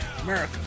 America